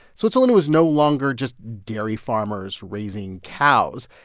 switzerland was no longer just dairy farmers raising cows.